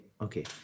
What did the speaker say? Okay